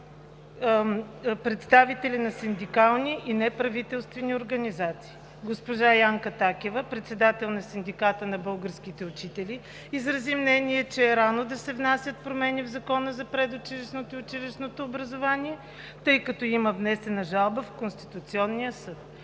представители на синдикални и неправителствени организации. Госпожа Янка Такева – председател на Синдиката на българските учители, изрази мнение, че е рано да се внасят промени в Закона за предучилищното и училищното образование, тъй като има внесена жалба в Конституционния съд.